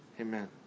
Amen